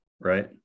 Right